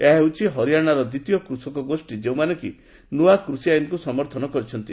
ଏହା ହେଉଛି ହରିୟାଶାର ଦ୍ୱିତୀୟ କୃଷକ ଗୋଷ୍ଠୀ ଯେଉଁମାନେ କି ନୂଆ କୃଷି ଆଇନକୁ ସମର୍ଥନ କରିଛନ୍ତି